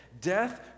Death